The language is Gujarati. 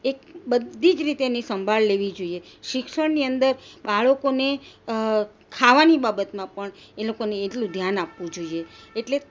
એક બધી જ રીતેની સંભાળ લેવી જોઈએ શિક્ષણની અંદર બાળકોને ખાવાની બાબતમાં પણ એ લોકોને એટલું ધ્યાન આપવું જોઈએ એટલે